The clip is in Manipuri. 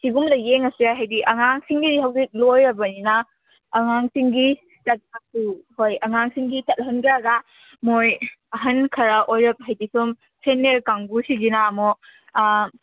ꯁꯤꯒꯨꯝꯕꯗ ꯌꯦꯡꯉꯁꯦ ꯍꯥꯏꯗꯤ ꯑꯉꯥꯡꯁꯤꯡꯒꯤꯗꯤ ꯍꯧꯖꯤꯛ ꯂꯣꯏꯔꯕꯅꯤꯅ ꯑꯉꯥꯡꯁꯤꯡꯒꯤ ꯍꯣꯏ ꯑꯉꯥꯡꯁꯤꯡꯒꯤ ꯆꯠꯍꯟꯈ꯭ꯔꯒ ꯃꯣꯏ ꯑꯍꯟ ꯈꯔ ꯑꯣꯏꯔꯞ ꯍꯥꯏꯗꯤ ꯁꯨꯝ ꯁꯦꯅꯤꯌꯔ ꯀꯥꯡꯒꯨꯁꯤꯒꯤꯅ ꯑꯃꯨꯛ